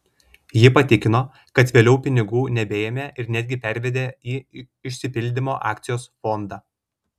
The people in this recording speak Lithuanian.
ji patikino kad vėliau pinigų nebeėmė ir netgi pervedė į išsipildymo akcijos fondą